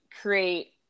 create